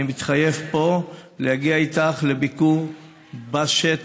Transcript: אני מתחייב פה להגיע איתך לביקור בשטח,